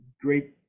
great